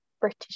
British